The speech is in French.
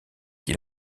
qui